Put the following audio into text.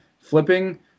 Flipping